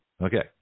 Okay